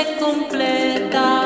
completa